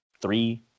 Three